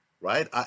right